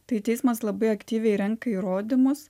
tai teismas labai aktyviai renka įrodymus